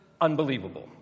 unbelievable